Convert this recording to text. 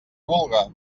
vulga